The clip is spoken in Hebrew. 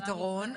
פתרון,